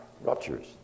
ruptures